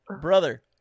Brother